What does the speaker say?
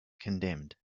condemned